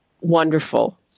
wonderful